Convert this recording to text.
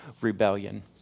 rebellion